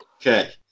Okay